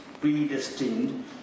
predestined